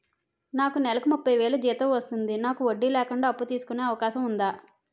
నాకు నేలకు ముప్పై వేలు జీతం వస్తుంది నాకు వడ్డీ లేకుండా అప్పు తీసుకునే అవకాశం ఉందా